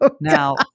Now